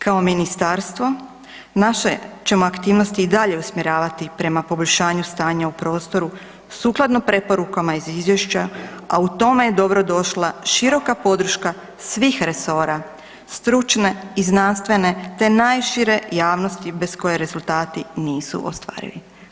Kao ministarstvo, naše ćemo aktivnosti i dalje usmjeravati prema poboljšanju stanja u prostoru sukladno preporukama iz Izvješća, a u tome je dobrodošla široka podrška svih resora, stručne i znanstvene te najšire javnosti bez koje rezultati nisu ostvarivi.